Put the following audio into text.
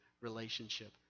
relationship